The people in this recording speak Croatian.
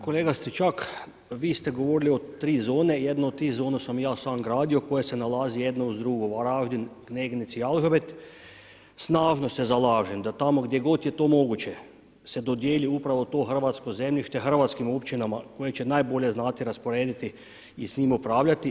Kolega Stričak, vi ste govorili o tri zone, jedna od tih zona sam ja sam gradio koja se nalazi jedna uz drugu VAraždina, Kneginec i Jalžabet, snažno se zalažem da tamo gdje god je to moguće se dodijeli upravo to hrvatsko zemljište, hrvatskim općinama koje će najbolje znati rasporediti i s njima upravljati.